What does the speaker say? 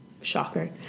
Shocker